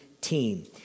team